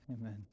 Amen